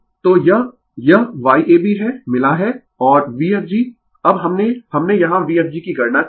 तो यह यह Yab है मिला है और Vfg अब हमने हमने यहां Vfg की गणना की है